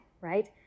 right